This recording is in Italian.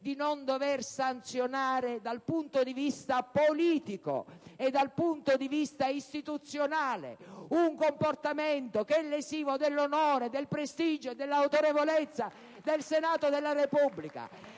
di non dover sanzionare dal punto di vista politico e istituzionale un comportamento che è lesivo dell'onore, del prestigio e dell'autorevolezza del Senato della Repubblica!